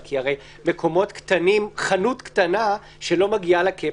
כי מקומות קטנים חנות קטנה שלא מגיעה לקאפ,